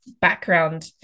background